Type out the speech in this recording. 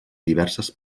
diverses